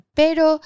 pero